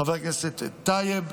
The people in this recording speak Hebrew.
חבר הכנסת טייב,